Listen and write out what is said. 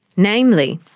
namely,